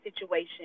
situation